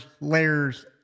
layers